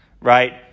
right